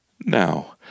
now